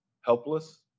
helpless